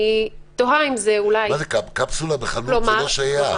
אני תוהה אם זה --- קפסולה בחנות זה לא שייך.